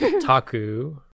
Taku